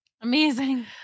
Amazing